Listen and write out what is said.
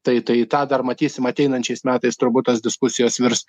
tai tai tą dar matysim ateinančiais metais turbūt tos diskusijos virs